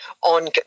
on